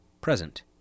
present